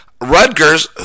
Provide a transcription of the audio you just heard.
Rutgers